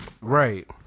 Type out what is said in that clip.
Right